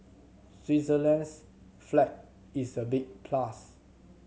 Switzerland's flag is a big plus